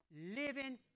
living